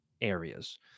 areas